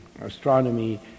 astronomy